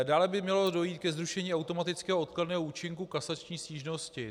Dále by mělo dojít ke zrušení automatického odkladného účinku kasační stížnosti.